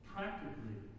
Practically